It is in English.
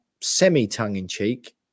semi-tongue-in-cheek